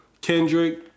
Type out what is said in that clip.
Kendrick